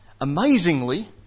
Amazingly